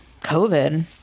COVID